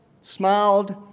smiled